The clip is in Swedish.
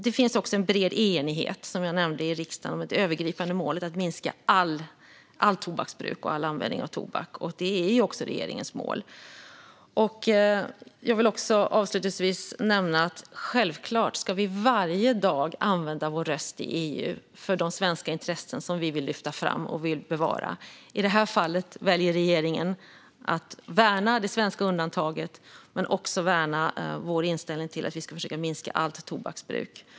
Jag nämnde också att det finns en bred enighet i riksdagen om det övergripande målet att minska allt tobaksbruk och all användning av tobak. Det är också regeringens mål. Jag vill avslutningsvis nämna att vi självklart varje dag ska använda vår röst i EU för de svenska intressen som vi vill lyfta fram och bevara. I det här fallet väljer regeringen att värna det svenska undantaget men också att värna vår inställning att försöka minska allt tobaksbruk.